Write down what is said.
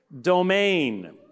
domain